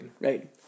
right